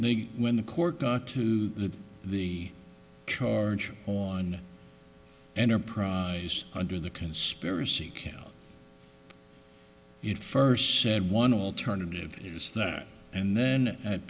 the when the court got to the charge on enterprise under the conspiracy count it first said one alternative was that and then at